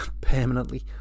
permanently